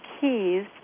keys